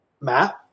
Matt